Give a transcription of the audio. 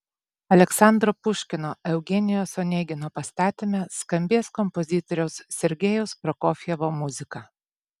aleksandro puškino eugenijaus onegino pastatyme skambės kompozitoriaus sergejaus prokofjevo muzika